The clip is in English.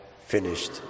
finished